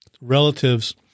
relatives